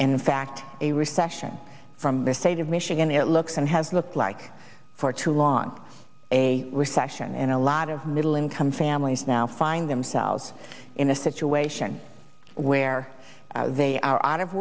in fact a recession from their state of michigan it looks and has looked like for too long a recession and a lot of middle income families now find themselves in a situation where they are out of